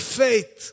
faith